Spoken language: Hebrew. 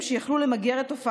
נא לסיים.